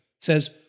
says